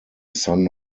son